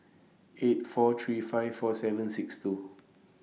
eight four three five four seven six two